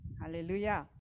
Hallelujah